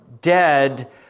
Dead